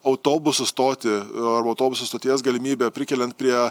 autobusų stotį arba autobusų stoties galimybę prikeliant prie